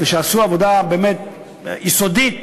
שעשו עבודה באמת יסודית,